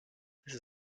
this